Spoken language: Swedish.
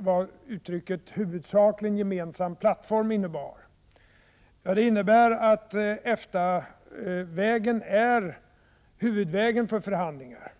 vad uttrycket ”huvudsakligen gemensam plattform” innebar. Det innebär att EFTA-vägen är huvudvägen för förhandlingar.